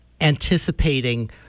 anticipating